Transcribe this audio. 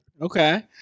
Okay